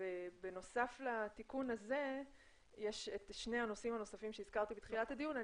בנוסף לתיקון הזה יש את שני הנושאים הנוספים שהזכרתי בתחילת הדיון.